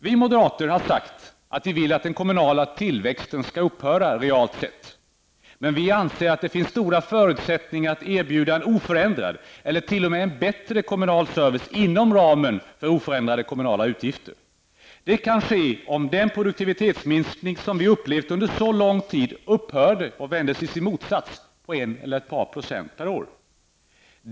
Vi moderater har sagt att vi vill att den kommunala tillväxten skall upphöra realt sätt. Men vi anser att det finns stora förutsättningar att erbjuda en oförändrad eller t.o.m. bättre kommunal service inom ramen för oförändrade kommunala utgifter. Det kan ske om den produktivitetsminskning som vi upplevt under så lång tid upphörde och vändes i sin motsats på en eller ett par procent per år.